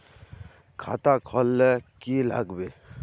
खाता खोल ले की लागबे?